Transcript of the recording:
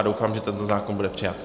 Doufám, že tento zákon bude přijat.